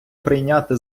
прийняти